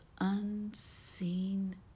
unseen